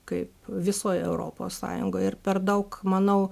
kai visoj europos sąjungoj ir per daug manau